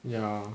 ya